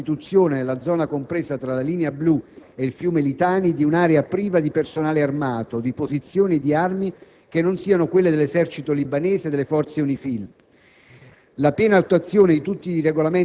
Essa prescrive infatti all'articolo 8 l'istituzione, nella zona compresa tra la Linea Blu e il fiume Litani, di un'area priva di personale armato, di posizioni e di armi che non siano quelle dell'esercito libanese e delle forze UNIFIL;